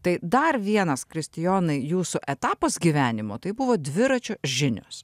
tai dar vienas kristijonai jūsų etapas gyvenimo tai buvo dviračio žinios